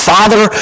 Father